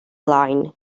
line